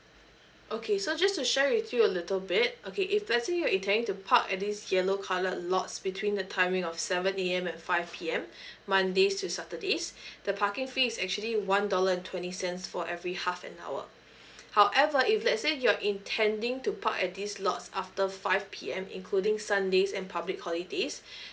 okay so just to share with you a little bit okay if let's say you're intending to park at this yellow coloured lots between the timing of seven A_M and five P_M mondays to saturdays the parking fee is actually one dollar and twenty cents for every half an hour however if let's say you're intending to park at this lots after five P_M including sundays and public holidays